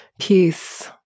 peace